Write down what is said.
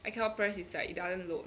I cannot press inside it doesn't load